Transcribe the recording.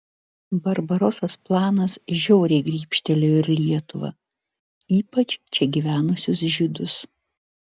barbarosos planas žiauriai grybštelėjo ir lietuvą ypač čia gyvenusius žydus